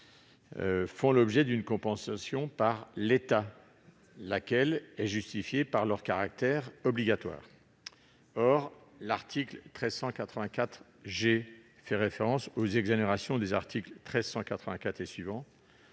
font l'objet d'une compensation par l'État, laquelle se trouve justifiée en raison de leur caractère obligatoire. Or l'article 1 384 G fait référence aux exonérations des articles 1 384 et suivants.